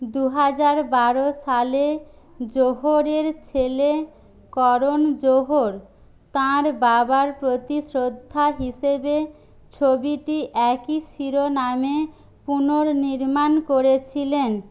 দু হাজার বারো সালে জোহরের ছেলে করণ জোহর তাঁর বাবার প্রতি শ্রদ্ধা হিসেবে ছবিটি একই শিরোনামে পুনর্নির্মাণ করেছিলেন